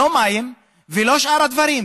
לא מים ולא שאר הדברים.